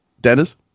Dennis